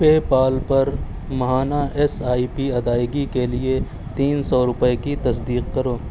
پے پال پر مہانہ S I P ادائیگی کے لیے تین سو روپئے کی تصدیق کرو